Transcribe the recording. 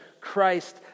Christ